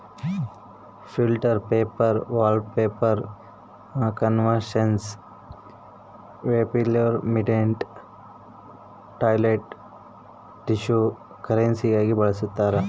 filter paper wallpaper conservation paper laminated toilet tissue ಕರೆನ್ಸಿಗಾಗಿ ಬಳಸ್ತಾರ